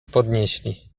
podnieśli